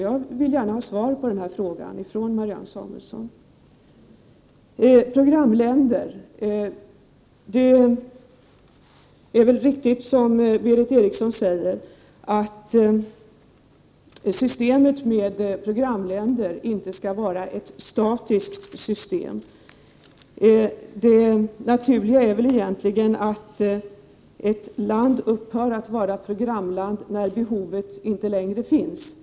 Jag vill gärna ha svar på denna fråga från Marianne Samuelsson. Det är riktigt som Berith Eriksson säger att systemet med programländer väl inte skall vara ett statiskt system. Det naturliga är egentligen att ett land upphör att vara programland när behovet inte längre finns.